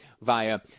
via